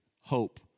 Hope